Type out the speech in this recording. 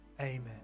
Amen